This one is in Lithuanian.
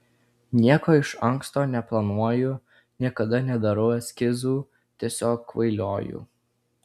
nieko iš anksto neplanuoju niekada nedarau eskizų tiesiog kvailioju